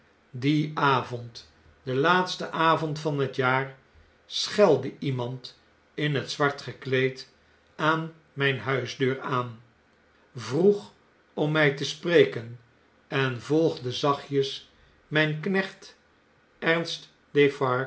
dien dag zelf dien avond denlaatstenavondvanhetjaar schelde iemand in het zwart gekleed aan mijne huisdeur aan vroeg om mjj te spreken en volgde zachtjes mjjn knecht